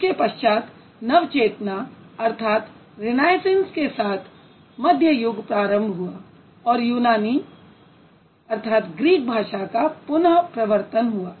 इसके पश्चात नवचेतना के साथ मध्य युग प्रारम्भ हुआ और यूनानी भाषा का पुनः प्रवर्तन हुआ